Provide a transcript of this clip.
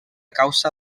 causa